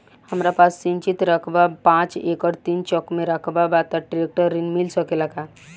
हमरा पास सिंचित रकबा पांच एकड़ तीन चक में रकबा बा त ट्रेक्टर ऋण मिल सकेला का?